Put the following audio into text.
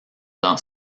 dans